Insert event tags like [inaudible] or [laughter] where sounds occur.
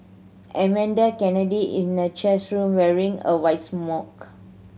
Amanda Kennedy is [unintelligible] cheese room wearing a white smock